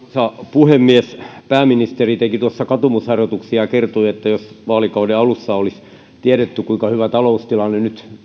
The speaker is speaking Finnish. puhemies pääministeri teki tuossa katumusharjoituksia ja kertoi että jos vaalikauden alussa olisi tiedetty kuinka hyvä taloustilanne nyt